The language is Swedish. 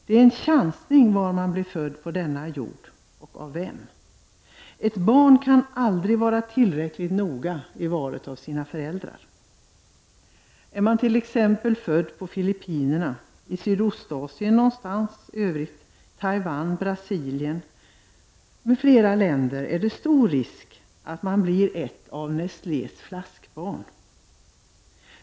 Det är en chansning var man blir född på denna jord och av vem. Ett barn kan aldrig vara tillräckligt noga i valet av sina föräldrar. Är man t.ex. född på Filippinerna, Taiwan eller någon annanstans i Sydostasien, i Brasilien m.fl. länder, är det stor risk att man blir ett av Nestlés flaskbarn.